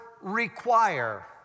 require